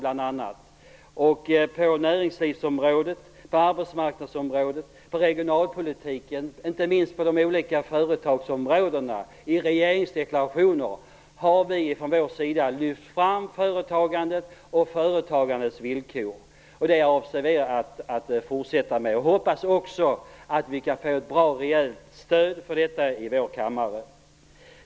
Regeringen har ju i regeringsdeklarationer på näringslivsområdet, på arbetsmarknadsområdet, på regionalpolitikens området och inte minst på de olika företagsområdena lyft fram företagandet och företagandets villkor. Detta avser vi att fortsätta med, och jag hoppas att vi kan få ett bra och rejält stöd för detta i vår kammare.